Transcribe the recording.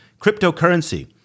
Cryptocurrency